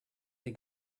they